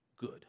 good